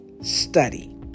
Study